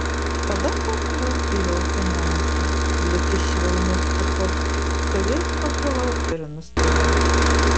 tada panirau į jaukią nežinią lyg į švelnius pūkus su jais pakilau ir nuskridau